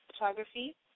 Photography